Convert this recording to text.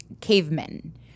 cavemen